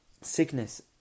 sickness